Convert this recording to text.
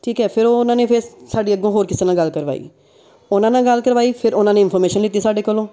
ਠੀਕ ਹੈ ਫਿਰ ਉਹ ਉਹਨਾਂ ਨੇ ਫਿਰ ਸਾਡੀ ਅੱਗੋਂ ਹੋਰ ਕਿਸੇ ਨਾਲ ਗੱਲ ਕਰਵਾਈ ਉਹਨਾਂ ਨਾਲ ਗੱਲ ਕਰਵਾਈ ਫਿਰ ਉਹਨਾਂ ਨੇ ਇਨਫੋਰਮੇਸ਼ਨ ਲਿੱਤੀ ਸਾਡੇ ਕੋਲੋਂ